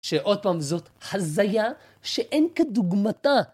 שעוד פעם זאת, חזיה שאין כדוגמתה!